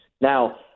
Now